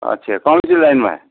अच्छा कम्ती लाइनमा